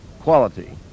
Quality